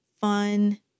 fun